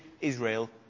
Israel